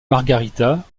margarita